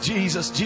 Jesus